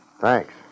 Thanks